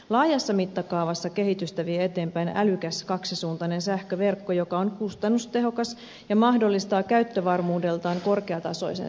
laajassa mittakaavassa kehitystä vie eteenpäin älykäs kaksisuuntainen sähköverkko joka on kustannustehokas ja mahdollistaa käyttövarmuudeltaan korkeatasoisen sähkönjakelun